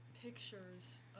pictures